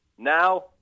Now